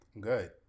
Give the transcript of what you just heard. good